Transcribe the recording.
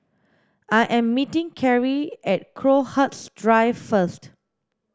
I am meeting Kerri at Crowhurst Drive first